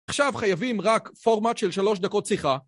עכשיו חייבים רק פורמט של שלוש דקות שיחה.